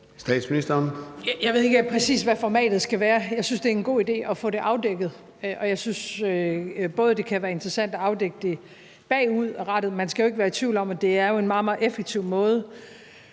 Frederiksen): Jeg ved ikke, præcis hvad formatet skal være. Jeg synes, det er en god idé at få det afdækket, og jeg synes, det kunne være interessant at afdække det bagudrettet. Man skal jo ikke være i tvivl om, at det er en meget, meget effektiv måde